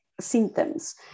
symptoms